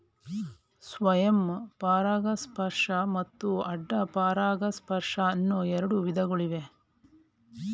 ಸ್ವಯಂ ಪರಾಗಸ್ಪರ್ಶ ಮತ್ತು ಅಡ್ಡ ಪರಾಗಸ್ಪರ್ಶ ಅನ್ನೂ ಎರಡು ವಿಧಗಳಿವೆ